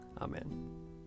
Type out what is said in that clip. Amen